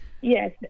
yes